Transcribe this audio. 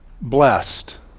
Blessed